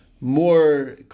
more